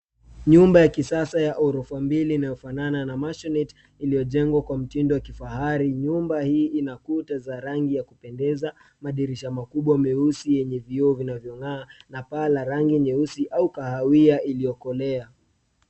Nyumba ya kisasa ya orofa mbili inayofanana na maisonette ,iliyojengwa kwa mtindo wa kifahari. Nyumba hii ina kuta za rangi ya kupendeza, madirisha makubwa meusi yenye vioo vinavyong'aa na paa la rangi nyeusi au kahawia iliyokolea.